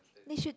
they should